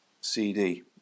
CD